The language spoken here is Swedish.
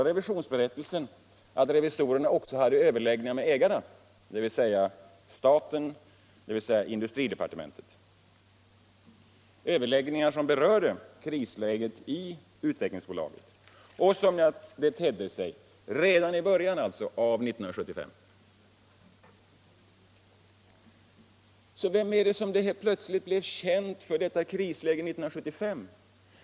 Av revisionsberättelsen framgår att revisorerna också hade överläggningar med ”ägarna”, dvs. staten, industridepartementet, överläggningar som berörde krisläget i Svenska Utvecklingsaktiebolaget, som det tedde sig redan i början av 1975. Vem är det som detta krisläge 1975 plötsligt blev känt för?